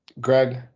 Greg